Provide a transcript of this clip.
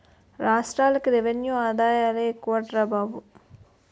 రాష్ట్రాలకి రెవెన్యూ ఆదాయాలే ఎక్కువట్రా బాబు